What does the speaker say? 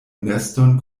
neston